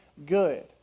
good